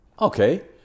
okay